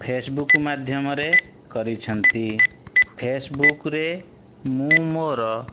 Facebook ମାଧ୍ୟମରେ କରିଛନ୍ତି ଫେସବୁକରେ ମୁଁ ମୋର